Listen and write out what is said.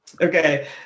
Okay